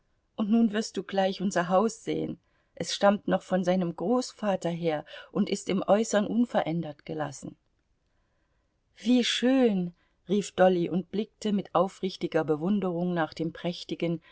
und nun wirst du gleich unser haus sehen es stammt noch von seinem großvater her und ist im äußern unverändert gelassen wie schön rief dolly und blickte mit aufrichtiger bewunderung nach dem prächtigen